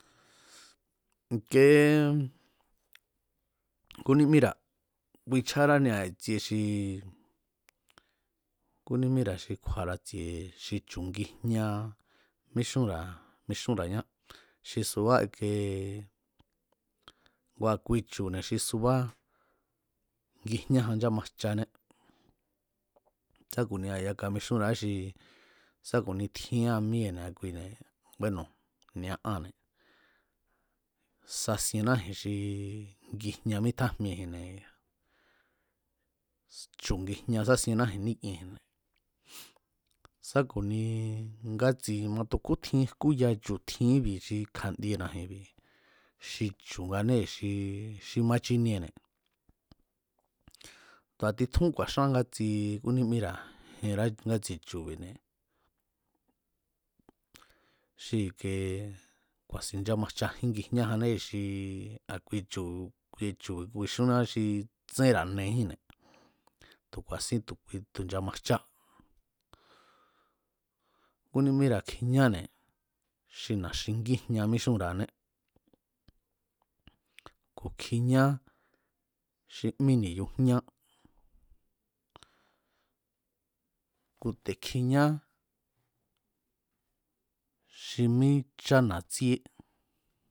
I̱kee kunimíra̱ kuinchjáránia i̱tsie xi ku̱nimíra̱ xi kju̱a̱ra̱ tsi̱e̱ xi chu̱ ngijñá míxunra̱ñá xi subá i̱kie ngua kui chu̱ne̱ xi subá ngijñájan nchámajchané sá ku̱nia yaka mixúnra̱á xi sá ku̱ni tjían míee̱ ni̱a kuine̱ bueno̱ ni̱a anne̱ sasiennáji̱n xi ngijña mítjájmieji̱nne̱, chu̱ ngijña sásiennaji̱n níkiennji̱n, sa ku̱ni ngátsi matu jkú tjin jkúya chu̱ tjin íbi xi kja̱ndiena̱ji̱n xi chu̱anee̱ xi xi ma chiniene̱ tu̱a titjún ku̱a̱xáan ngatsi xi kúnímíra̱ jenrá ngátsi chu̱bi̱ne̱, xi i̱ke ku̱a̱sin nchámajchajin ngijñájannée̱ xi a̱kui chu̱ kui chu̱ ku̱i̱xúán xi tsénra̱ nejínne̱ tu̱ ku̱a̱sín tu̱ nchamajchá kúnimíra̱ kjiñáne̱ xi na̱xingíjña míxunra̱ané, ku̱ kjiña xi mí ni̱xu jñá ku̱ te̱ kjiña xi mí chána̱tsíe